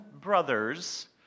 brothers